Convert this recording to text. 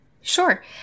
Sure